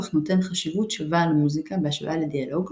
אך נותן חשיבות שווה למוזיקה בהשוואה לדיאלוג,